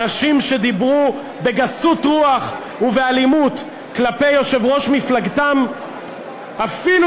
אנשים שדיברו בגסות רוח ובאלימות כלפי יושב-ראש מפלגתם אפילו